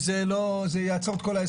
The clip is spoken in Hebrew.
זה יעצור את הכול שוב.